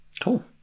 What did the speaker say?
Cool